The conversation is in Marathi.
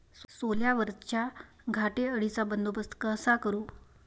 सोल्यावरच्या घाटे अळीचा बंदोबस्त कसा करू?